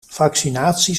vaccinaties